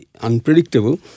unpredictable